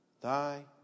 thy